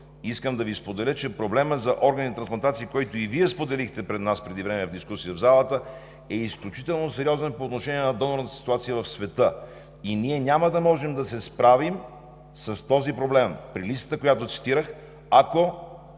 искам да Ви споделя, че проблемът за органни трансплантации, който и Вие споделихте пред нас преди време в дискусия в залата, е изключително сериозен по отношение на донорната ситуация в света. И ние няма да можем да се справим с този проблем при листата, която цитирах, ако